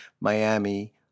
Miami